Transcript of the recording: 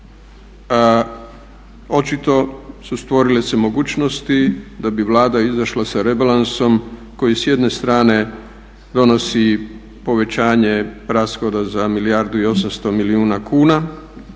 Očito su stvorile se mogućnosti da bi Vlada izašla sa rebalansom koji s jedne strane donosi povećanje rashoda za 1 milijardu i 800 milijuna kuna